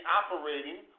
operating